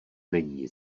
není